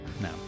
No